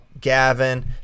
Gavin